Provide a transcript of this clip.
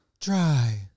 Dry